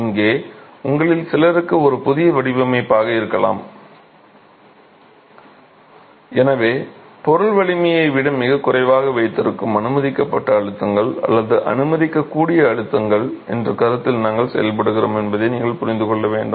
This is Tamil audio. இங்கே உங்களில் சிலருக்கு இது ஒரு புதிய வடிவமைப்பாக இருக்கலாம் எனவே பொருள் வலிமையை விட மிகக் குறைவாக வைத்திருக்கும் அனுமதிக்கப்பட்ட அழுத்தங்கள் அல்லது அனுமதிக்கக்கூடிய அழுத்தங்கள் என்ற கருத்தில் நாங்கள் செயல்படுகிறோம் என்பதை நீங்கள் புரிந்துகொள்ள வேண்டும்